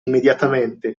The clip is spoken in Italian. immediatamente